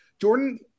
Jordan